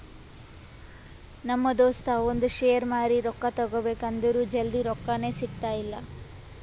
ನಮ್ ದೋಸ್ತ ಅವಂದ್ ಶೇರ್ ಮಾರಿ ರೊಕ್ಕಾ ತಗೋಬೇಕ್ ಅಂದುರ್ ಜಲ್ದಿ ರೊಕ್ಕಾನೇ ಸಿಗ್ತಾಯಿಲ್ಲ